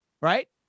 right